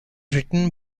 written